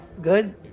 Good